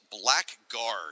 Blackguard